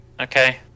Okay